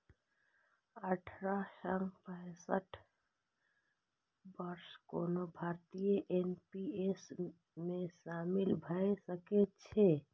अठारह सं पैंसठ वर्षक कोनो भारतीय एन.पी.एस मे शामिल भए सकै छै